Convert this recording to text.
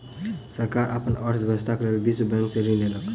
सरकार अपन अर्थव्यवस्था के लेल विश्व बैंक से ऋण लेलक